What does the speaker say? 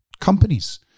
companies